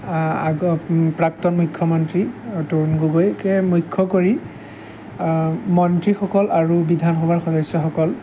আগত প্ৰাক্তন মুখ্যমন্ত্ৰী তৰুণ গগৈকে মুখ্য কৰি মন্ত্ৰীসকল আৰু বিধানসভাৰ সদস্যসকল